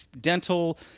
dental